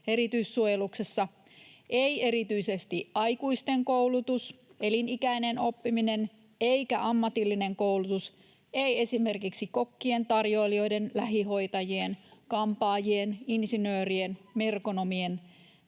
erityissuojeluksessa — ei erityisesti aikuisten koulutus ja elinikäinen oppiminen eikä ammatillinen koulutus, ei esimerkiksi kokkien, tarjoilijoiden, lähihoitajien, kampaajien, insinöörien, merkonomien